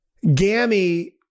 Gammy